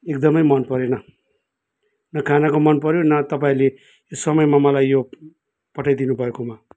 एकदमै मनपरेन न खानाको मनपऱ्यो न तपाईँले यो समयमा मलाई यो पठाइदिनु भएकोमा